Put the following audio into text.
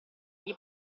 gli